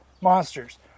monsters